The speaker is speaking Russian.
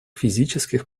физических